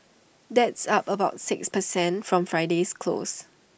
that's up about six per cent from Friday's close